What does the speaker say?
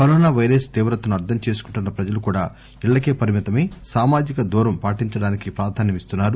corona virus తీవ్రతను అర్గం చేసుకుంటున్న ప్రజలు కూడా ఇళ్ళకే పరిమితమై సామాజిక దూరం పాటించడానికి ప్రాధాన్యమిస్తున్నారు